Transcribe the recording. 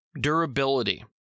Durability